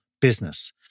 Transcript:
business